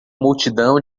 multidão